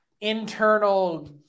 internal